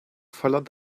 followed